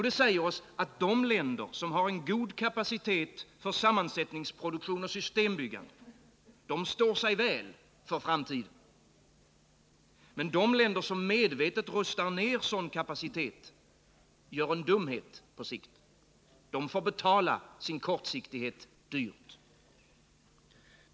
Det säger oss att de länder som har en god kapacitet för sammansättningsproduktion och systembyggande står sig väl för framtiden. De länder som medvetet rustar ner sådan kapacitet, gör en dumhet på sikt. De får betala sin kortsiktighet dyrt.